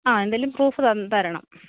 ആ എന്തെങ്കിലും പ്രൂഫ് തന് തരണം